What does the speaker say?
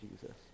Jesus